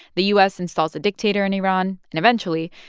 the u s. installs a dictator in iran. and eventually,